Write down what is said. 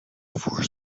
for